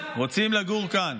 רוצים לגור כאן.